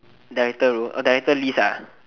director role oh director list ah